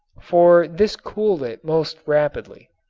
for this cooled it most rapidly.